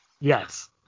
yes